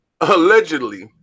allegedly